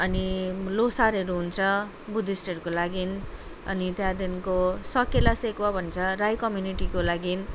अनि ल्होसारहरू हुन्छ बुद्धिस्टहरूको लागि अनि त्यहाँदेखिको सकेला सेकुवा भन्छ राई कम्युनिटीको लागि